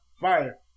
fire